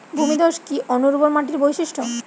ভূমিধস কি অনুর্বর মাটির বৈশিষ্ট্য?